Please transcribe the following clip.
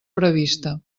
prevista